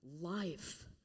life